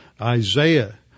Isaiah